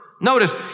Notice